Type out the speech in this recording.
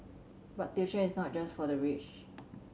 but tuition is not just for the rich